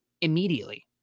immediately